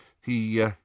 He